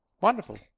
Wonderful